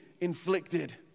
inflicted